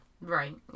Right